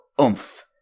oomph